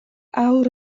awr